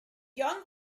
young